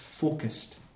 focused